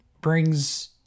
brings